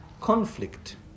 conflict